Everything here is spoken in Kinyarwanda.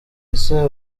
ese